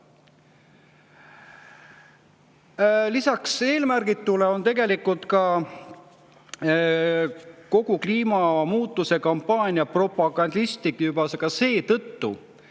Lisaks eelmärgitule on tegelikult kogu kliimamuutuse kampaania propagandistlik juba seetõttu,